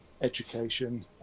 education